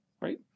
right